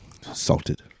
Salted